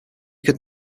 could